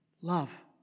love